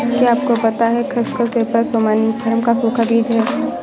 क्या आपको पता है खसखस, पैपर सोमनिफरम का सूखा बीज है?